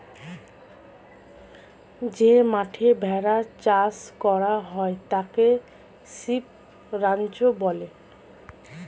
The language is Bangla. যে মাঠে ভেড়া চাষ করা হয় তাকে শিপ রাঞ্চ বলে